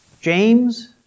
James